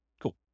Cool